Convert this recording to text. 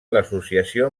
l’associació